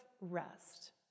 rest